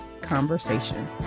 conversation